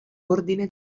ordine